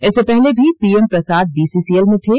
इससे पहले भी पीएम प्रसाद बीसीसीएल में थे